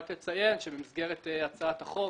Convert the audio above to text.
במסגרת הצעת החוק,